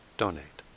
donate